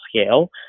scale